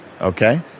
Okay